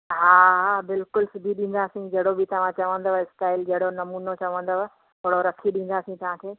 हा हा बिल्कुलु सिबी ॾींदासीं जहिड़ो बि तव्हां चवंदो स्टाइल जहिड़ो नमूनो चवंदव थोरो रखी ॾींदासीं तव्हांखे